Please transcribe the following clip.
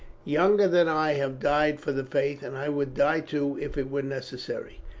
younger than i have died for the faith, and i would die too if it were necessary.